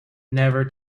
never